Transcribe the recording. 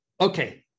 okay